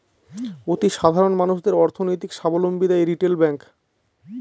অতি সাধারণ মানুষদের অর্থনৈতিক সাবলম্বী দেয় রিটেল ব্যাঙ্ক